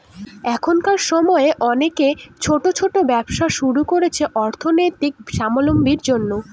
এখনকার সময় অনেকে ছোট ছোট ব্যবসা শুরু করছে অর্থনৈতিক সাবলম্বীর জন্য